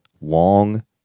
long